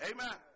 Amen